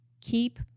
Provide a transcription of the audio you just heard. Keep